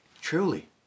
Truly